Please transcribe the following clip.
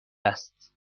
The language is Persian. است